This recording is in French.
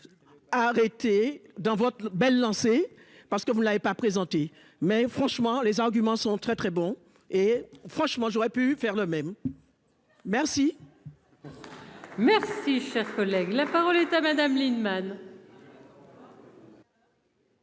Arrêté dans votre belle lancée parce que vous ne l'avez pas présenté mais franchement les arguments sont très très bons et franchement j'aurais pu faire le même. Merci. Merci, cher collègue, la parole est à Madame Lienemann.